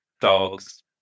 dogs